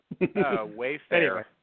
Wayfair